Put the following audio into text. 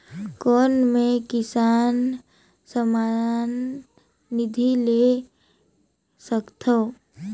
कौन मै किसान सम्मान निधि ले सकथौं?